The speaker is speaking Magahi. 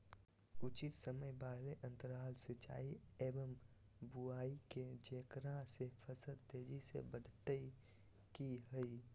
उचित समय वाले अंतराल सिंचाई एवं बुआई के जेकरा से फसल तेजी से बढ़तै कि हेय?